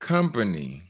Company